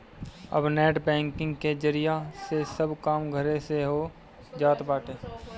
अब net banking के जरिया से सब काम घरे से हो जात बाटे